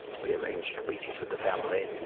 we arranged meetings with the family,